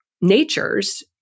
natures